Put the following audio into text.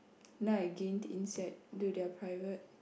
now I gain insight to their private